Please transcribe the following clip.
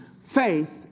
faith